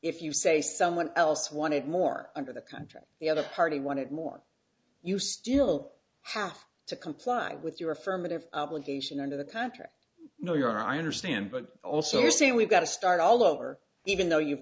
if you say someone else wanted more under the contract the other party wanted more you still have to comply with your affirmative obligation under the contract no you're i understand but also you're saying we've got to start all over even though you've